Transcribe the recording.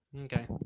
okay